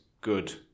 good